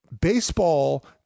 baseball